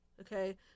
Okay